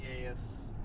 Yes